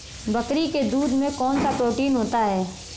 बकरी के दूध में कौनसा प्रोटीन होता है?